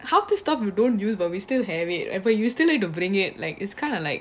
how to stop you don't use but we still have it but you still need to bring it like it's kind of like